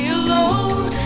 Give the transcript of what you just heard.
alone